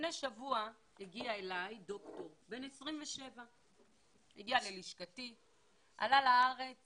לפני שבוע הגיע ללשכתי ד"ר בן 27. הוא עלה לארץ